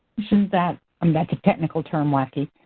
isn't that and that's a technical term, wacky